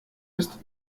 ist